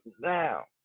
now